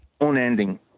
unending